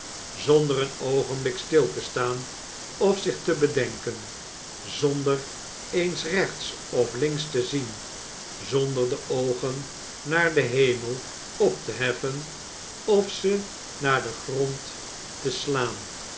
zonder een oogenblik stil te staan of zich te bedenken zonder eens rechts of links te zien zonder de oogen naar den hemel op te heffen of ze naar den grond te slaan